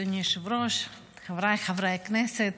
אדוני היושב-ראש, חבריי חברי הכנסת,